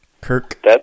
Kirk